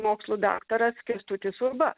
mokslų daktaras kęstutis urba